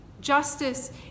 Justice